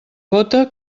gota